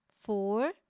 four